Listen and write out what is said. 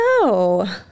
No